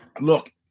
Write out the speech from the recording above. Look